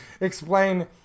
explain